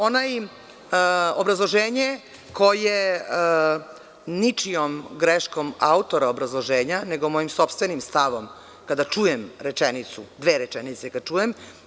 Obrazloženje koje ničijom greškom autora obrazloženja, nego mojim sopstvenim stavom kada čujem, dve rečenice kada čujem.